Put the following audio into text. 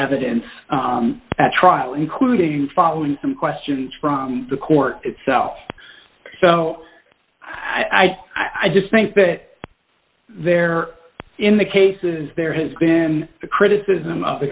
evidence at trial including following some questions from the court itself so i i just think that there in the cases there has been a criticism of the